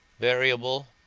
variable,